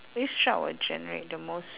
which job would generate the most